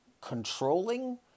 controlling